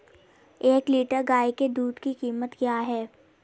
एक लीटर गाय के दूध की कीमत क्या है?